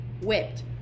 Whipped